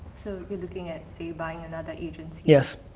so you're looking at, say, buying another agency? yes.